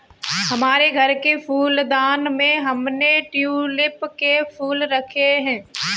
हमारे घर के फूलदान में हमने ट्यूलिप के फूल रखे हैं